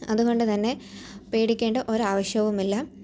അത്കൊണ്ട് തന്നെ പേടിക്കേണ്ട ഒരു ആവശ്യവുമില്ല